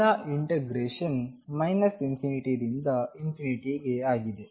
ಎಲ್ಲಾ ಇಂಟಗ್ರೇಶನ್ ∞ ರಿಂದ ಗೆ ಆಗಿದೆ